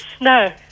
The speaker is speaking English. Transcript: No